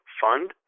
fund